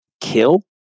kill